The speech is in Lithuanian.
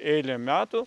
eilę metų